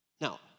Now